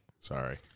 Sorry